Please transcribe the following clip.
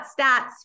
stats